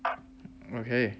okay